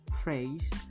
phrase